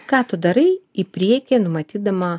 ką tu darai į priekį numatydama